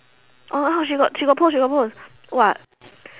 she got she got pose she got pose !wah!